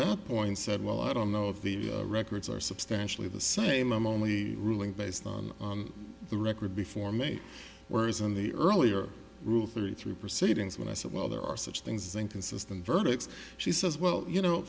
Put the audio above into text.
valid point said well i don't know if the records are substantially the same i'm only ruling based on the record before me whereas in the earlier rule three three proceedings when i said well there are such things inconsistent verdicts she says well you know